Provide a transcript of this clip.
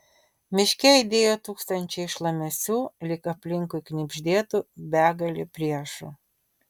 miške aidėjo tūkstančiai šlamesių lyg aplinkui knibždėtų begalė priešų